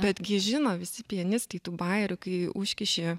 bet gi žino visi pianistai tų bajerių kai užkiši